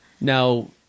Now